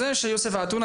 חבר הכנסת יוסף עטאונה,